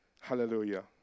Hallelujah